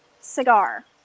cigar